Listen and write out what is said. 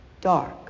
dark